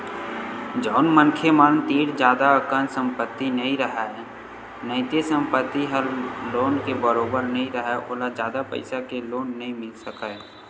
जउन मनखे मन तीर जादा अकन संपत्ति नइ राहय नइते संपत्ति ह लोन के बरोबर नइ राहय ओला जादा पइसा के लोन नइ मिल सकय